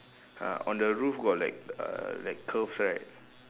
uh on the roof got like err like curves right